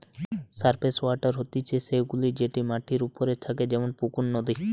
surface water হতিছে সে গুলা যেটি মাটির ওপরে থাকে যেমন পুকুর, নদী